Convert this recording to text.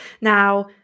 Now